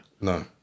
No